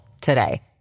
today